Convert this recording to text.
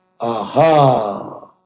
Aha